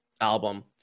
album